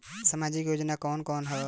सामाजिक योजना कवन कवन ह?